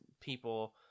people